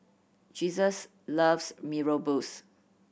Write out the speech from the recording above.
Jesus loves Mee Rebus